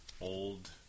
old